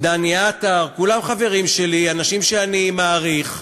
דני עטר, כולם חברים שלי, אנשים שאני מעריך,